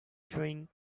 chewing